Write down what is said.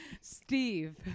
Steve